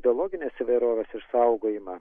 biologinės įvairovės išsaugojimą